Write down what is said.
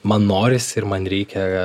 man norisi ir man reikia